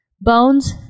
bones